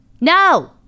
No